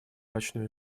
мрачную